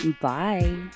bye